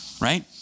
Right